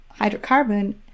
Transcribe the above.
hydrocarbon